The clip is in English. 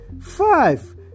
Five